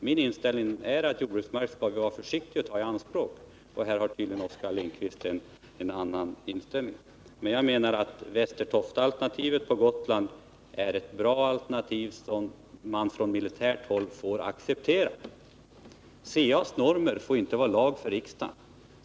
Min inställning är att vi skall vara försiktiga med att ta i anspråk jordbruksmark, men här har tydligen Oskar Lindkvist en annan inställning. Jag menar att Västertoftaalternativet på Gotland är ett bra alternativ som man från militärt håll får acceptera. CA:s normer får inte vara lag för riksdagen.